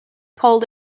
called